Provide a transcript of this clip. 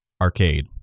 arcade